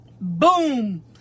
Boom